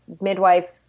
midwife